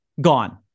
Gone